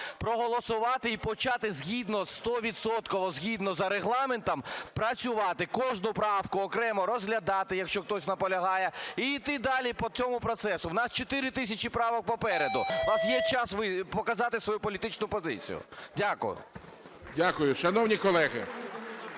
проголосувати і почати згідно, 100-відсотково згідно за Регламентом працювати, кожну правку окремо розглядати, якщо хтось наполягає, і йти далі по цьому процесу. В нас 4 тисячі правок попереду. У вас є час показати свою політичну позицію. Дякую. ГОЛОВУЮЧИЙ. Дякую. Шановні колеги,